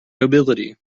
nobility